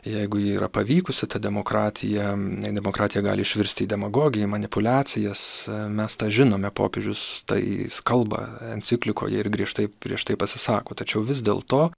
jeigu ji yra pavykusi ta demokratija demokratija gali išvirsti į demagogiją manipuliacijas mes tą žinome popiežius tai kalba enciklikoje ir griežtai prieš tai pasisako tačiau vis dėl to